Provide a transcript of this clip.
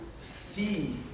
see